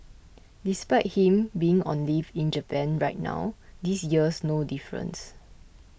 despite him being on leave in Japan right now this year's no difference